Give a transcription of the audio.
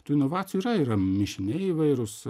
tų inovacijų yra yra mišiniai įvairūs